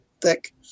thick